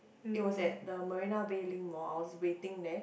it was at the Marina-Bay Link mall I was waiting there